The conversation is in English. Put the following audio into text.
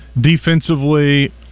defensively